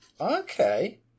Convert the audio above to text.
Okay